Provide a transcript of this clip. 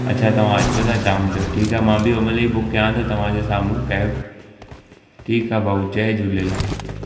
अछा तव्हां अचो था शाम जो ठीकु आहे मां बि उहो महिल ई बुक कयां थो तव्हांजे साम्हूं कैब ठीकु आहे भाऊ जय झूलेलाल